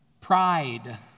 Pride